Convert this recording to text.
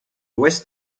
west